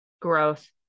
growth